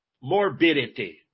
morbidity